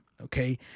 Okay